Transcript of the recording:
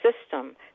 system